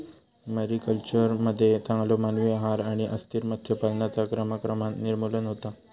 मरीकल्चरमध्ये चांगलो मानवी आहार आणि अस्थिर मत्स्य पालनाचा क्रमाक्रमान निर्मूलन होता